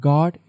God